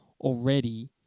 already